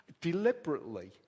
Deliberately